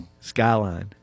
Skyline